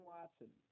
Watson